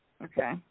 Okay